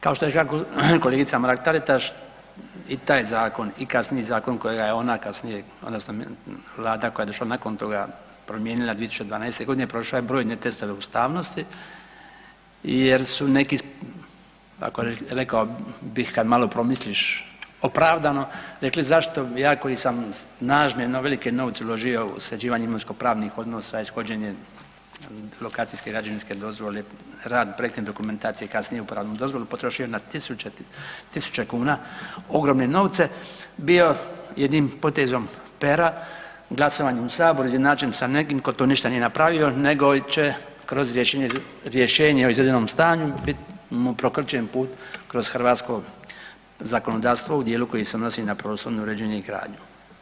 Kao što je rekla kolegica Mrak-Taritaš i taj zakon i kasniji zakon kojega je ona kasnije, odnosno Vlada koja je došla nakon toga promijenila 2012. godine prošla je brojne testove ustavnosti, jer su neki rekao bih kad malo promisliš opravdano rekli bi zašto ja koji sam snažne, velike novce uložio u sređivanje imovinsko-pravnih odnosa, ishođenje lokacijske, građevinske dozvole, rad projektne dokumentacije i kasnije uporabnu dozvolu potrošio na tisuće, tisuće kuna ogromne novce bio jednim potezom pera, glasovanjem u Saboru izjednačen sa nekim tko to ništa nije napravio nego će kroz rješenje o izvedenom stanju biti prokrčen put kroz hrvatsko zakonodavstvo u dijelu koji se odnosi na prostorno uređenje i gradnju.